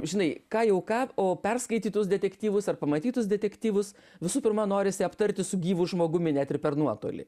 žinai ką jau ką o perskaitytus detektyvus ar pamatytus detektyvus visų pirma norisi aptarti su gyvu žmogumi net ir per nuotolį